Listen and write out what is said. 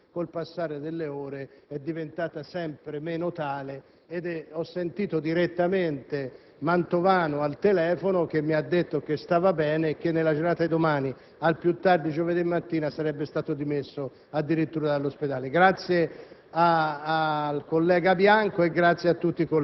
la situazione era tragica; per fortuna, con il passare delle ore, è diventata sempre meno tale e ho sentito direttamente Mantovano al telefono che mi ha detto che stava bene e che nella giornata di domani, al più tardi giovedì mattina, sarebbe stato addirittura dimesso dall'ospedale. Ringrazio